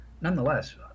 nonetheless